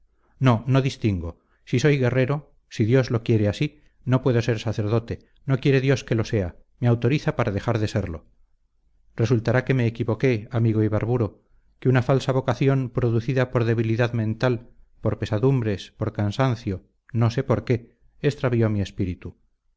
no no distingo si soy guerrero si dios lo quiere así no puedo ser sacerdote no quiere dios que lo sea me autoriza para dejar de serlo resultará que me equivoqué amigo ibarburu que una falsa vocación producida por debilidad mental por pesadumbres por cansancio no sé por qué extravió mi espíritu